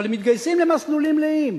אבל הם מתגייסים למסלולים מלאים.